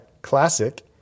Classic